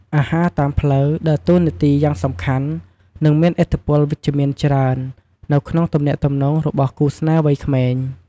អាហារតាមផ្លូវដើរតួនាទីយ៉ាងសំខាន់ និងមានឥទ្ធិពលវិជ្ជមានច្រើន នៅក្នុងទំនាក់ទំនងរបស់គូស្នេហ៍វ័យក្មេង។